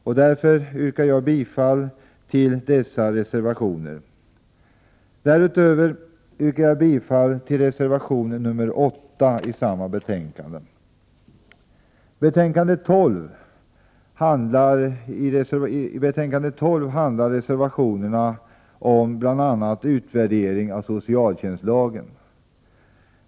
Jag yrkar bifall till dessa reservationer och dessutom till reservation 8 i samma betänkande. gen upp.